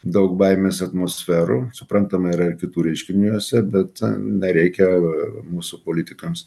daug baimės atmosferų suprantama yra kitų reiškinių jose bet nereikia mūsų politikams